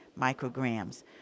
micrograms